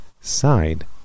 side